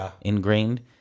ingrained